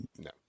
No